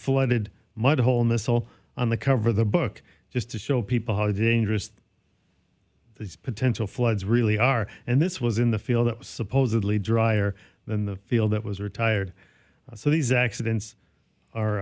flooded mud hole missile on the cover the book just to show people how dangerous these potential floods really are and this was in the field that was supposedly drier than the field that was retired so these accidents